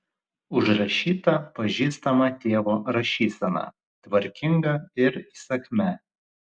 užrašyta pažįstama tėvo rašysena tvarkinga ir įsakmia